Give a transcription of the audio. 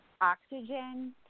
oxygen